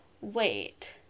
wait